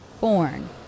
Born